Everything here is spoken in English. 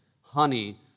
honey